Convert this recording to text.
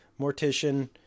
mortician